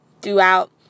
throughout